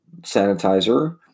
sanitizer